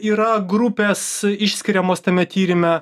yra grupės išskiriamos tame tyrime